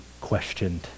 questioned